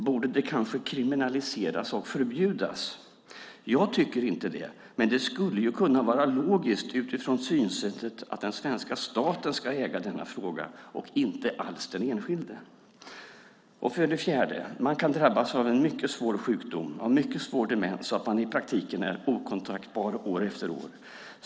Borde det kanske kriminaliseras och förbjudas? Jag tycker inte det, men det skulle kunna vara logiskt utifrån synsättet att den svenska staten ska äga denna fråga och inte alls den enskilde. För det fjärde kan man drabbas av en mycket svår sjukdom, av mycket svår demens, så att man i praktiken är okontaktbar år efter år.